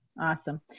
Awesome